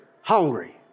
hungry